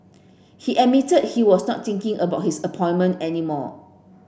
he admitted he was not thinking about his appointment any more